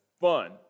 fun